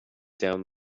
down